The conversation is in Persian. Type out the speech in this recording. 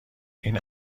این